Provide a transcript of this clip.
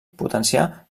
potenciar